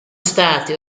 stati